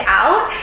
out